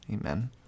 Amen